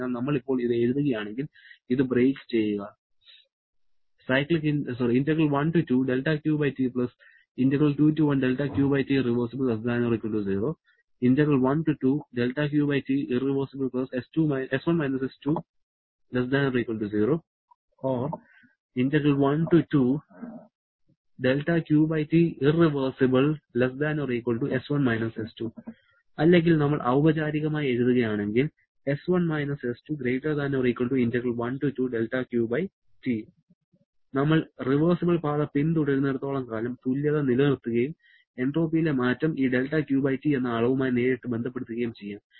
അതിനാൽ നമ്മൾ ഇപ്പോൾ ഇത് എഴുതുകയാണെങ്കിൽ ഇത് ബ്രേക്ക് ചെയ്യുക അല്ലെങ്കിൽ നമ്മൾ ഔപചാരികമായി എഴുതുകയാണെങ്കിൽ നമ്മൾ റിവേഴ്സിബിൾ പാത പിന്തുടരുന്നിടത്തോളം കാലം തുല്യത നിലനിർത്തുകയും എൻട്രോപ്പിയിലെ മാറ്റം ഈ 'δQT' എന്ന അളവുമായി നേരിട്ട് ബന്ധപ്പെടുത്തുകയും ചെയ്യാം